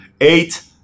Eight